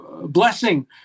blessing